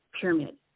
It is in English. pyramid